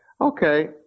Okay